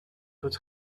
would